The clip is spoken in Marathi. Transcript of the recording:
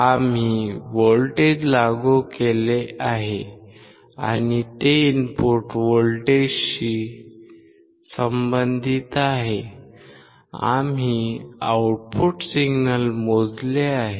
आम्ही व्होल्टेज लागू केले आहे आणि ते इनपुट व्होल्टेजशी संबंधित आहे आम्ही आउटपुट सिग्नल मोजले आहे